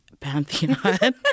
pantheon